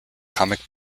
comic